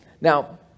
Now